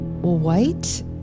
White